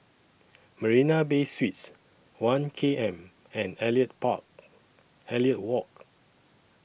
Marina Bay Suites one K M and Elliot Park Elliot Walk